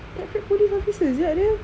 traffic police officer sia dia